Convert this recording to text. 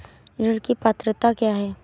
ऋण की पात्रता क्या है?